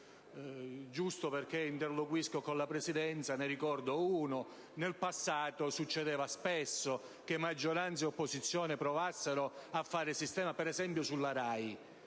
E solo perché interloquisco con la Presidenza, ne ricordo uno: in passato accadeva spesso che maggioranza e opposizione provassero a fare sistema, ad esempio sulla RAI.